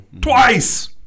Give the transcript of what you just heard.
twice